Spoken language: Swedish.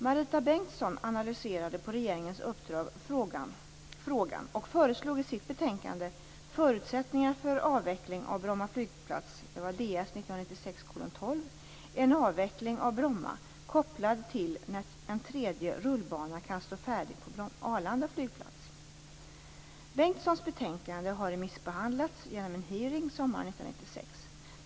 Marita Bengtsson analyserade på regeringens uppdrag frågan och föreslog i sitt betänkande Förutsättningar för avveckling av Bromma flygplats en avveckling av Bromma kopplad till när en tredje rullbana kan stå färdig på Arlanda flygplats. Bengtssons betänkande har remissbehandlats genom en hearing sommaren 1996.